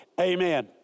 Amen